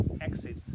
exit